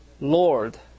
Lord